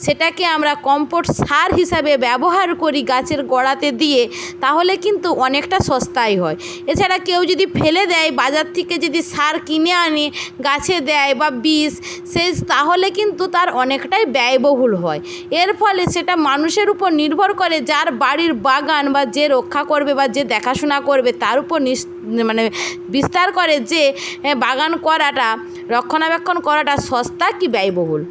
সেটাকে আমরা কমপোস্ট সার হিসাবে ব্যবহার করি গাছের গোড়াতে দিয়ে তাহলে কিন্তু অনেকটা সস্তায় হয় এছাড়া কেউ যদি ফেলে দেয় বাজার থেকে যদি সার কিনে আনে গাছে দেয় বা বিশেষ তাহলে কিন্তু তার অনেকটাই ব্যয়বহুল হয় এর ফলে সেটা মানুষের উপর নির্ভর করে যার বাড়ির বাগান বা যে রক্ষা করবে বা যে দেখাশোনা করবে তার উপর মানে বিস্তার করে যে বাগান করাটা রক্ষণাবেক্ষণ করাটা সস্তা কি ব্যয়বহুল